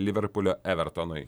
liverpulio evertonui